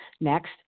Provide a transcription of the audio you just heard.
next